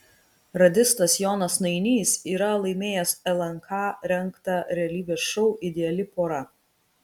radistas jonas nainys yra laimėjęs lnk rengtą realybės šou ideali pora